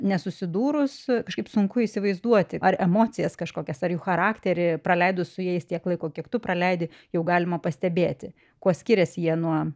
nesusidūrus kažkaip sunku įsivaizduoti ar emocijas kažkokias ar jų charakterį praleidus su jais tiek laiko kiek tu praleidi jau galima pastebėti kuo skiriasi jie nuo